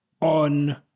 on